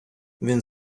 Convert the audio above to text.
він